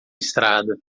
estrada